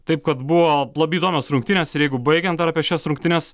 taip kad buvo labai įdomios rungtynes ir jeigu baigiant dar apie šias rungtynes